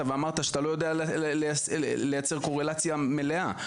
ואמרת שאתה לא יודע לייצר קורלציה מלאה,